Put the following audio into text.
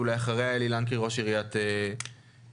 ואחריה אלי לנקרי ראש עיריית אילת.